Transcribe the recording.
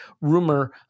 rumor